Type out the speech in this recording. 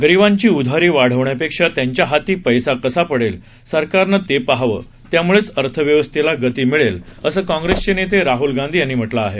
गरीबांची उधारी वाढवण्यापेक्षा त्यांच्या हाती पैसा कसा पडेल सरकारनं ते पहावं त्यामुळेच अर्थव्यवस्थेला गती मिळेल असं काँग्रेसचे नेते राहल गांधी यांनी म्हटलं आहे